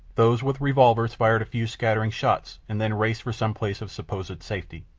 those with revolvers fired a few scattering shots and then raced for some place of supposed safety.